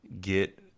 get